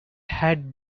had